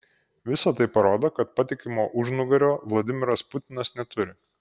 visa tai parodo kad patikimo užnugario vladimiras putinas neturi